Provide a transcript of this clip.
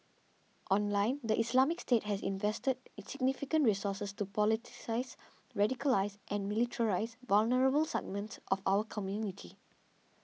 online the Islamic State has invested significant resources to politicise radicalise and militarise vulnerable segments of our community